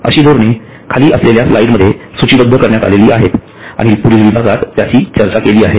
अशी धोरणे खाली असलेल्या स्लाइडमध्ये सूचीबद्ध करण्यात आली आहेत आणि पुढील विभागात त्याची चर्चा केली आहे